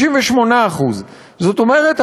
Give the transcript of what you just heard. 58%. זאת אומרת,